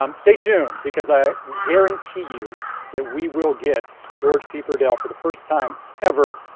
um stay tuned because i guarantee you that we will get george p. burdell for the first time ever,